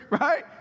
right